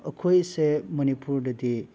ꯑꯩꯈꯣꯏꯁꯦ ꯃꯅꯤꯄꯨꯔꯗꯗꯤ